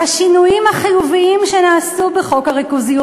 והשינויים החיוביים שנעשו בחוק הריכוזיות